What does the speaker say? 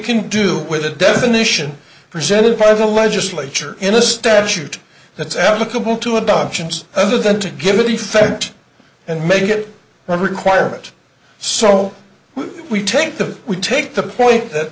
can do with a definition presented by the legislature in a statute that's applicable to adoptions other than to give it effect and make it a requirement so we take the we take the point that